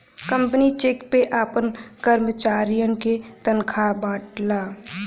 company cheque से आपन करमचारियन के तनखा बांटला